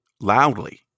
loudly